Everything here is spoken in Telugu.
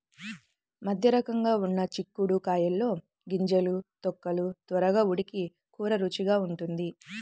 మధ్యరకంగా ఉన్న చిక్కుడు కాయల్లో గింజలు, తొక్కలు త్వరగా ఉడికి కూర రుచిగా ఉంటుంది